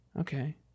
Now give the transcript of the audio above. Okay